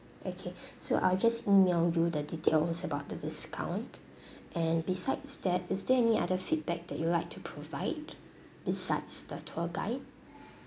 okay so I'll just E-mail you the details about the discount and besides that is there any other feedback that you'd like to provide besides the tour guide